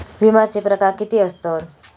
विमाचे प्रकार किती असतत?